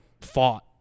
fought